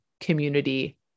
community